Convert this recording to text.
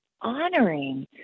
honoring